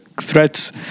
threats